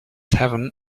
heaven